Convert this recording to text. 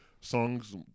Songs